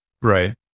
right